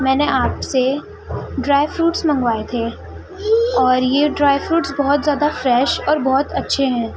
میں نے آپ سے ڈرائی فروٹس منگوائے تھے اور یہ ڈرائی فروٹس بہت زیادہ فریش اور بہت اچھے ہیں